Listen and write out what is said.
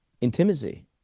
intimacy